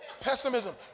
Pessimism